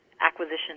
acquisition